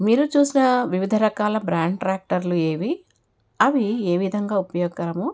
మీరు చూసిన వివిధ రకాల బ్రాండ్ ట్రాక్టర్లు ఏవి అవి ఏ విధంగా ఉపయోగకరమో